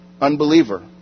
unbeliever